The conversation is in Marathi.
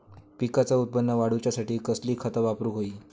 पिकाचा उत्पन वाढवूच्यासाठी कसली खता वापरूक होई?